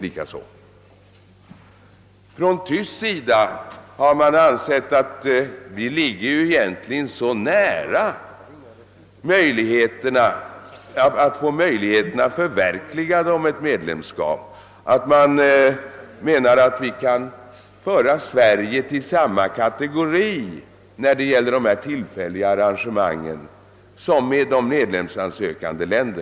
På västtysk sida har man ansett att vi egentligen ligger så nära möjligheterna att få ett medlemskap förverkligat, att Sverige kan föras till samma kategori när det gäller dessa tillfälliga arrangemang som de medlemsansökande länderna.